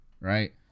right